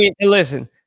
Listen